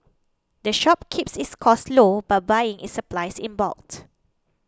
the shop keeps its costs low by buying its supplies in bulk